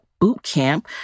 BOOTCAMP